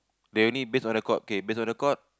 they only base on record okay base on record